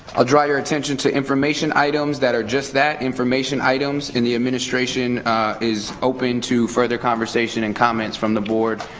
i'll draw your attention to information items that are just that, information items. and the administration is open to further conversation and comments from the board,